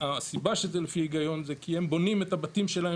והסיבה שזה לפי ההיגיון זה כי הם בונים את הבתים שלהם